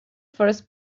first